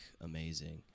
amazing